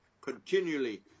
continually